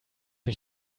mich